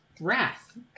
wrath